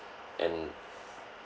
and